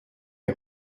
sie